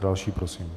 Další prosím.